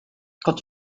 quand